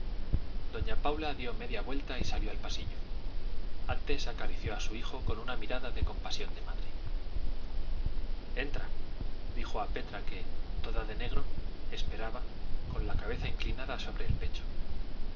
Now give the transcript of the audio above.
doña paula dio media vuelta y salió al pasillo antes acarició a su hijo con una mirada de compasión de madre entra dijo a petra que toda de negro esperaba con la cabeza inclinada sobre el pecho